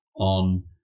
On